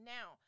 Now